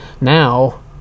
Now